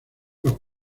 los